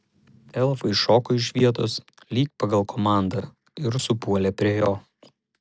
elfai šoko iš vietos lyg pagal komandą ir supuolė prie jo